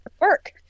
work